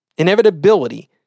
Inevitability